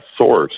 source